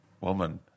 woman